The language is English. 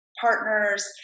partners